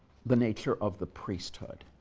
the nature of the priesthood,